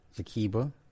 Zakiba